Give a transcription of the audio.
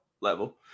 level